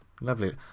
lovely